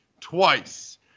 twice